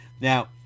Now